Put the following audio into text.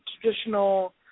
traditional